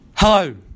Hello